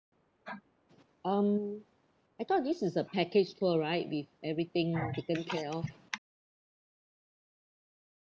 um I thought this is a package tour right with everything taken care of